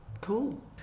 Cool